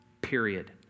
period